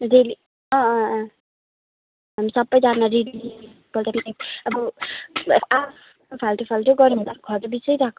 रेली अँ अँ अँ हामी सबैजना रेली एकपल्ट पिकनिक अब आआफ्नो फाल्टो फाल्टो गऱ्यो भने त खर्च बेसी लाग्छ हो